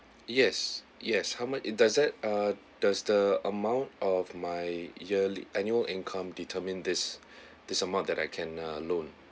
yes yes how much does that ah does the amount of my year annual income determine this this amount that I can ah loan